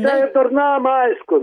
čia ir durnam aišku